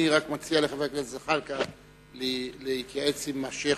אני רק מציע לחבר הכנסת זחאלקה להתייעץ עם השיח'